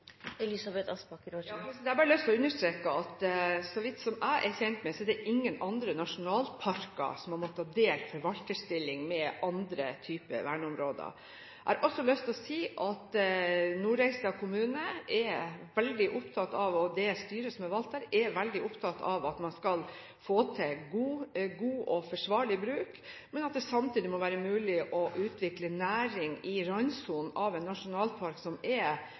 Jeg har bare lyst til å understreke at så vidt jeg er kjent med, er det ingen andre nasjonalparker som har måttet dele forvalterstilling med andre typer verneområder. Jeg har også lyst til å si at Nordreisa kommune – og det styret som er valgt der – er veldig opptatt av at man skal få til god og forsvarlig bruk, men at det samtidig må være mulig å utvikle næring i randsonen av en nasjonalpark som er